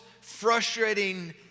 frustrating